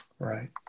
right